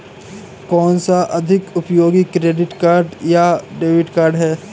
कौनसा अधिक उपयोगी क्रेडिट कार्ड या डेबिट कार्ड है?